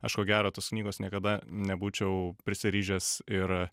aš ko gero tos knygos niekada nebūčiau prisiryžęs ir